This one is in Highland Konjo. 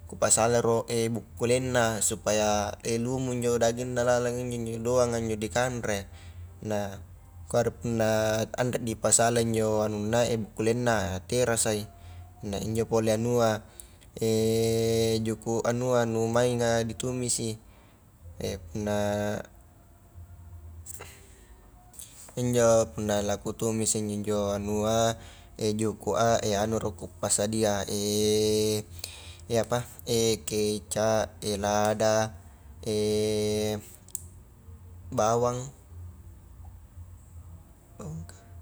Kupasalai ro bukkulengna, supaya lumu i injo daingna lalang injo njo doanga dikanre, nah kuanre punna anre dipasalai injo anunna bukkulengna a terasai, nah injo pole anua juku anua nu mainga ditumisi, punna injo punna la kutumisi i injo anua, juku a, anu ro kupassadia apa, kecap, lada, bawang.